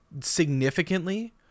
significantly